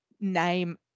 name